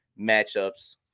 matchups